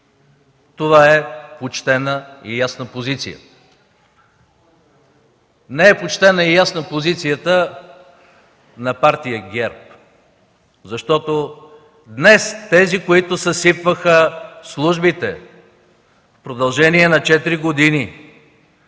Това е почтена и ясна позиция. Не е почтена и ясна позицията на Партия ГЕРБ, защото днес тези, които съсипваха службите в продължение на четири години,